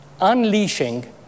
unleashing